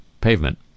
pavement